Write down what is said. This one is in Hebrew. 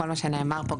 לכל מה שנאמר פה,